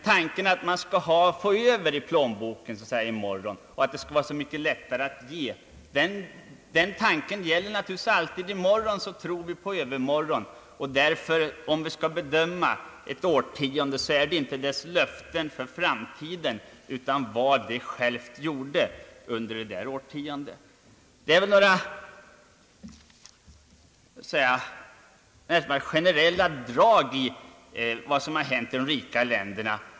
Tanken att man skall få över i plånboken i morgon och att det skall vara så mycket lättare att ge då gäller naturligtvis alltid. I morgon tror vi på i övermorgon. Om vi skall bedöma ett årtionde är det därför inte de löften som gavs för framtiden utan vad som verkligen gjordes under det årtionde som skall tas med i bilden.